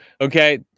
Okay